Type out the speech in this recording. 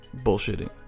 bullshitting